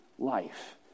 life